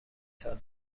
سال